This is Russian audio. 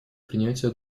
принятия